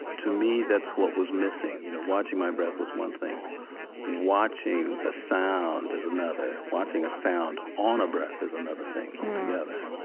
to me that's what was missing, you know. watching my breath was one thing watching a sound is another. watching a sound on a breath is another thing altogether.